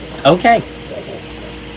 Okay